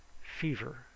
fever